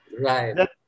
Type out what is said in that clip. Right